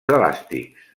elàstics